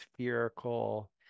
spherical